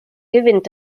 gewinnt